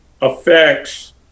affects